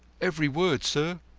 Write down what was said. every word, sir.